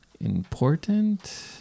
important